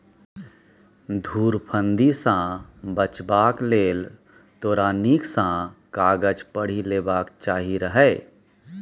धुरफंदी सँ बचबाक लेल तोरा नीक सँ कागज पढ़ि लेबाक चाही रहय